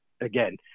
again